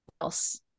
else